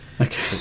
Okay